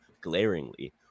glaringly